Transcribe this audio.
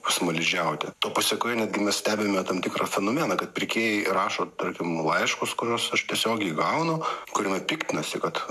smaližiauti to pasekoje netgi mes stebime tam tikrą fenomeną kad pirkėjai rašo tarkim laiškus kuriuos aš tiesiogiai gaunu kuriame piktinasi kad